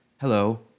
Hello